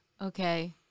okay